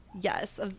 Yes